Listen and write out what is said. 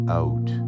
out